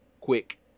quick